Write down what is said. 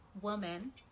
Woman